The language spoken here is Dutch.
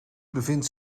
bevindt